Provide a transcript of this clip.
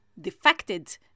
defected